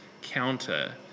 counter